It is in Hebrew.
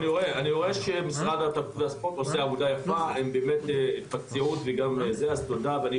אני רואה שמשרד התרבות והספורט עושה עבודה יפה אז תודה רבה.